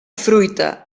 fruita